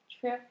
True